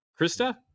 Krista